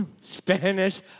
Spanish